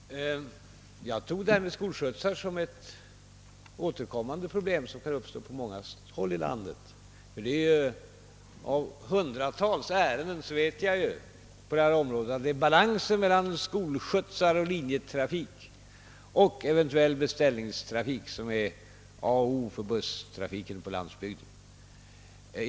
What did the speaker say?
Herr talman! Jag tog detta med skolskjutsar som ett återkommande problem — det kan uppstå på många håll. Från hundratals ärenden på detta område vet jag att det är balansen mellan skolskjutsar, linjetrafik och eventuell beställningstrafik som är A och O för busstrafiken på landsbygden.